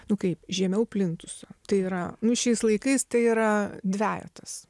nu kaip žemiau plintuso tai yra nu šiais laikais tai yra dvejetas